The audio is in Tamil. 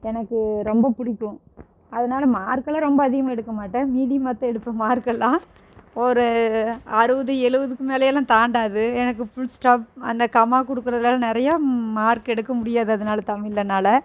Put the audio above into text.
எனக்கு ரொம்ப பிடிக்கும் அதனால மார்க் எல்லாம் ரொம்ப அதிகமாக எடுக்கமாட்டேன் மீடியமாக தான் எடுப்பேன் மார்க் எல்லாம் ஒரு அறுபது எழுபதுக்கு மேலே எல்லாம் தாண்டாது எனக்கு புல்ஸ்டாப் அந்த கமா கொடுக்குறதுலலாம் நிறையா மார்க் எடுக்க முடியாது அதனால தமிழில் என்னால்